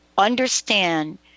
understand